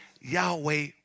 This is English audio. Yahweh